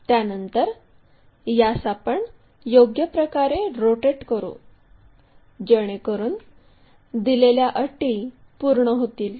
त्यानंतर यास आपण योग्यप्रकारे रोटेट करू जेणेकरून दिलेल्या अटी पूर्ण होतील